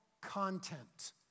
content